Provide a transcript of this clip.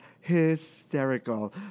hysterical